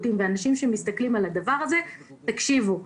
שבודקים את הדבר הזה אומרים: תקשיבו,